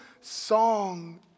song